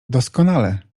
doskonale